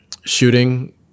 shooting